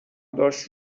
داشت